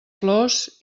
flors